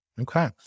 Okay